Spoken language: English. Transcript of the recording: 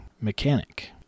mechanic